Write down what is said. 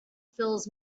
fills